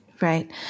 Right